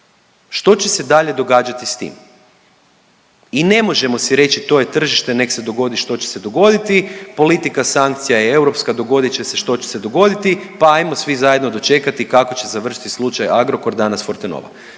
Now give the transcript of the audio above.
što će se dalje događati s tim? I ne možemo si reći to je tržište nek se dogodi što će se dogoditi, politika sankcija je europska, dogodit će se što će se dogoditi, pa ajmo svi zajedno dočekati kako će završiti slučaj Agrokor, danas Fortenova.